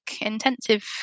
intensive